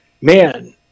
Man